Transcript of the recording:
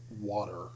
water